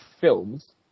films